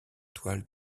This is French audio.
toile